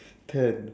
ten